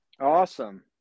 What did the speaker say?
Awesome